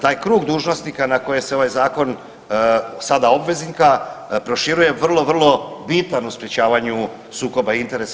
Taj krug dužnosnika na koje se ovaj zakon sada obveznika proširuje vrlo, vrlo bitan u sprječavanju sukoba interesa.